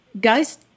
guys